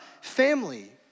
family